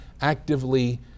actively